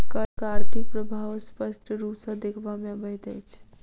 करक आर्थिक प्रभाव स्पष्ट रूप सॅ देखबा मे अबैत अछि